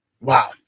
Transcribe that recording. wow